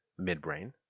midbrain